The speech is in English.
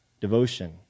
devotion